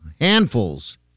handfuls